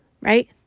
right